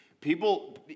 People